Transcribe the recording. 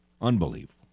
Unbelievable